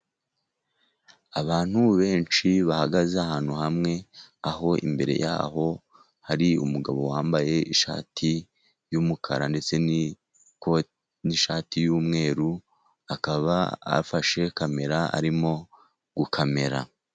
Abantu benshi bahagaze ahantu hamwe, aho imbere yabo hari umugabo wambaye ishati y'umukara ndetse n'ishati yumweru, akaba afashe kamera arimo gukamera.